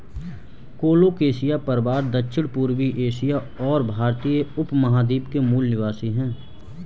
colocasia परिवार दक्षिणपूर्वी Asia और भारतीय उपमहाद्वीप के मूल निवासी है